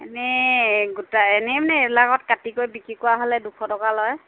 এনেই গোটা এনেই মানে এইবিলাকত কাটি কৰি বিক্ৰী কৰা হ'লে দুশ টকা লয়